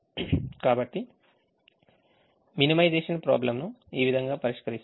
కాబట్టి మీరు minimisation problem ను ఈ విధంగా పరిష్కరిస్తారు